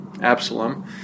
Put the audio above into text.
Absalom